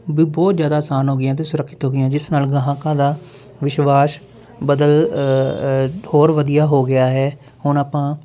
ਵੀ ਬਹੁਤ ਜ਼ਿਆਦਾ ਆਸਾਨ ਹੋ ਗਈਆਂ ਅਤੇ ਸੁਰੱਖਿਅਤ ਹੋ ਗਈਆਂ ਜਿਸ ਨਾਲ ਗਾਹਕਾਂ ਦਾ ਵਿਸ਼ਵਾਸ ਬਦਲ ਹੋਰ ਵਧੀਆ ਹੋ ਗਿਆ ਹੈ ਹੁਣ ਆਪਾਂ